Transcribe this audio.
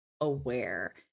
aware